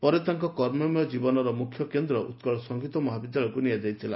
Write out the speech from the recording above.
ପରେ ତାଙ୍କ କର୍ମମୟ ଜୀବନ ମୁଖ୍ୟ କେନ୍ଦ୍ ଉକୁଳସଙ୍ଗୀତ ମହାବିଦ୍ୟାଳୟକୁ ନିଆଯାଇଥିଲା